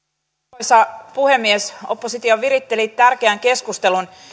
arvoisa puhemies oppositio viritteli tärkeän keskustelun